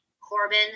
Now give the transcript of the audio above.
Corbin